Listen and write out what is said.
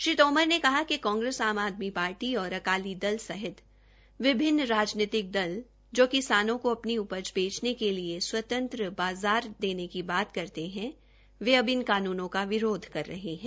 श्री तोमर ने कहा कि कांग्रेस आम आदमी पार्टी और अकाली दल सहित विभिन्न दल जो किसान को अपनी उपज बेचेने के लिए स्वतंत्र बाज़ार देने की बात करती है वे अब इन कानूनों का विरोध कर रहे है